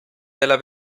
della